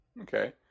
Okay